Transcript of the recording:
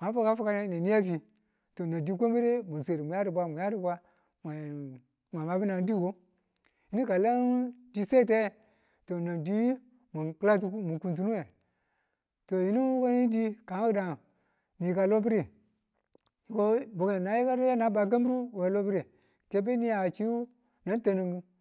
na fukadufukane nena yafi to nan di kwambire muswedu mu yadubwa mu yadu bwa mwa mabu nanang diko yinu kalam di swete to nan di mun kuntunu yinu wukane di kanki̱dan niyika lo niko naye naba kambiru we lobiri ki beniya chi nayan tanin.